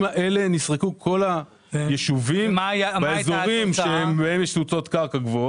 שנסרקו אלה הישובים שיצאו.